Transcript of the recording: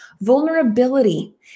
vulnerability